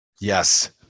Yes